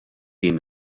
den